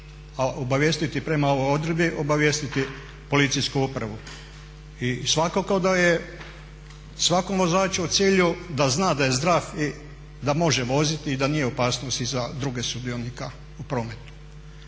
a obavijestiti prema odredbi obavijestiti policijsku upravu. I svakako da je svakom vozaču u cilju da zna da je zdrav i da može voziti i da nije u opasnosti za druge sudionike u prometu.